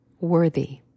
worthy